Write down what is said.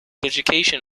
education